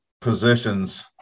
positions